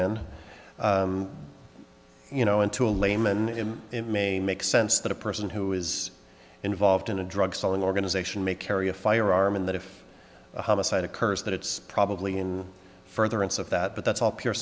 in you know into a layman and it may make sense that a person who is involved in a drug selling organization may carry a firearm and that if a homicide occurs that it's probably in furtherance of that but that's all pure